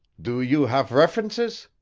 do you haf references?